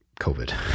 COVID